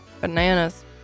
Bananas